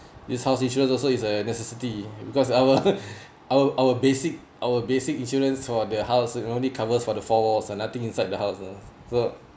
this house insurance also is a necessity because our our our basic our basic insurance for the house can only covers for the floor and nothing inside the house uh so